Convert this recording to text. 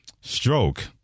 stroke